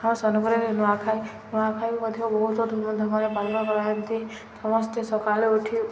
ଆମ ସୋନପୁରରେ ନୂଆଖାଇ ନୂଆଖାଇ ମଧ୍ୟ ବହୁତ ଧୁମ୍ଧାମ୍ରେ ପାଳନ କରାନ୍ତି ସମସ୍ତେ ସକାଳୁ ଉଠି